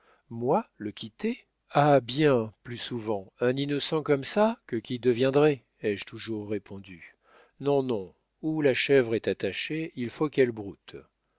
moi le quitter ah bien plus souvent un innocent comme ça que qui deviendrait ai-je toujours répondu non non où la chèvre est attachée il faut qu'elle broute